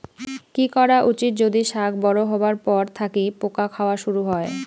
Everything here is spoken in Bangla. কি করা উচিৎ যদি শাক বড়ো হবার পর থাকি পোকা খাওয়া শুরু হয়?